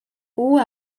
uue